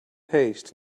haste